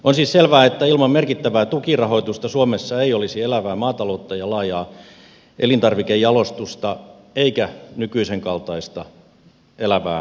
on siis selvää että ilman merkittävää tukirahoitusta suomessa ei olisi elävää maataloutta ja laajaa elintarvikejalostusta eikä nykyisen kaltaista elävää maaseutua